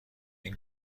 این